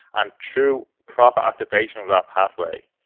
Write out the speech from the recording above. and through proper activation of that pathway,